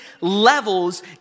levels